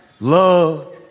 love